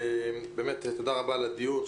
תודה רבה על הדיון,